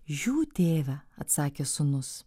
žiū tėve atsakė sūnus